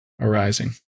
arising